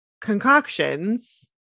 concoctions